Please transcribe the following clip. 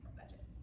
budget.